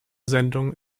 sendung